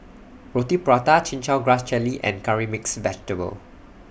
Roti Prata Chin Chow Grass Jelly and Curry Mixed Vegetable